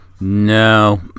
No